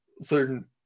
certain